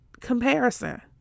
Comparison